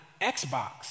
Xbox